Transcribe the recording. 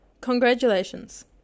congratulations